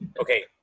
okay